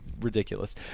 ridiculous